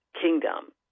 kingdom